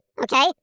okay